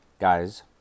guys